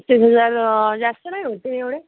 पस्तीस हजार जास्त नाही होतील एवढे